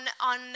on